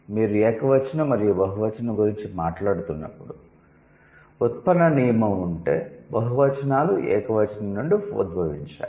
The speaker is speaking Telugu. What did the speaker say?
మీరు ఏకవచనం మరియు బహువచనం గురించి మాట్లాడుతున్నప్పుడు ఉత్పన్న నియమం ఉంటే బహువచనాలు ఏకవచనం నుండి ఉద్భవించాయి